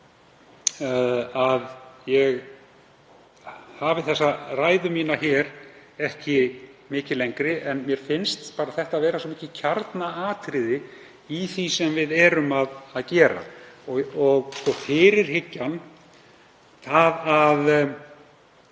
að ég hafi þessa ræðu mína ekki mikið lengri, en mér finnst þetta vera bara svo mikið kjarnaatriði í því sem við erum að gera. Fyrirhyggjan, að